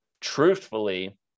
truthfully